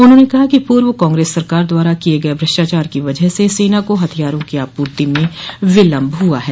उन्होंने कहा कि पूर्व कांग्रेस सरकार द्वारा किये गये भ्रष्टाचार की वजह से सेना को हथियारों की आपूर्ति में विलम्ब हुआ है